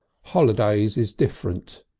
holidays is different,